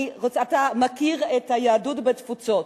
אתה מכיר את היהדות בתפוצות.